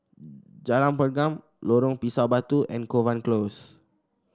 Jalan Pergam Lorong Pisang Batu and Kovan Close